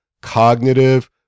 cognitive